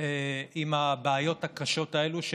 עם הבעיות הקשות האלה,